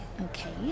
Okay